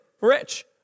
rich